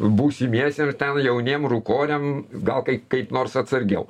būsimiesiems jauniem rūkoriam gal kai kaip nors atsargiau